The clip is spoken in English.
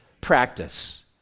practice